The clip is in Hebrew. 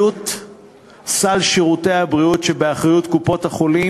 עלות סל שירותי הבריאות שבאחריות קופות-החולים